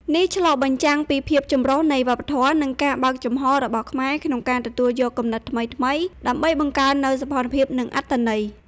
នេះឆ្លុះបញ្ចាំងពីភាពចម្រុះនៃវប្បធម៌ និងការបើកចំហររបស់ខ្មែរក្នុងការទទួលយកគំនិតថ្មីៗ ដើម្បីបង្កើននូវសោភ័ណភាព និងអត្ថន័យ។